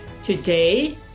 Today